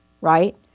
Right